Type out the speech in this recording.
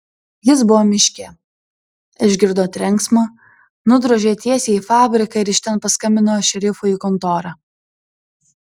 jis buvo miške išgirdo trenksmą nudrožė tiesiai į fabriką ir iš ten paskambino šerifui į kontorą